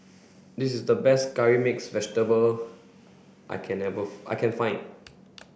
this is the best curry mixed vegetable I can ever I can find